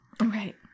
Right